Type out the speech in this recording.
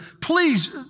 please